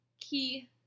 key